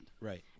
right